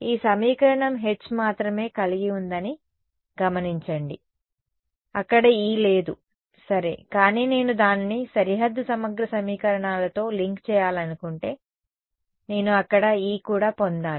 ఈ సమీకరణం H మాత్రమే కలిగి ఉందని గమనించండి అక్కడ E లేదు సరే కానీ నేను దానిని సరిహద్దు సమగ్ర సమీకరణాలతో లింక్ చేయాలనుకుంటే నేను అక్కడ E కూడా పొందాలి